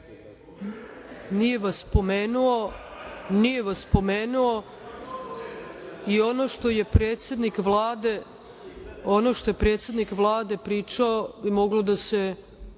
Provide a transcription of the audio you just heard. vas pomenuo i ono što je predsednik Vlade pričao bi moglo da se